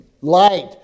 light